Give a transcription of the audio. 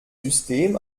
system